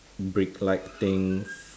brick like things